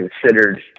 considered